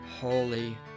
Holy